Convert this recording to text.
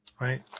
right